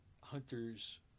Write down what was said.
hunters